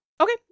okay